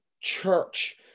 church